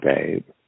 babe